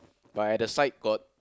but at the side got